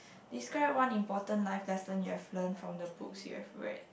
describe one important life lesson you have learnt from the books you have read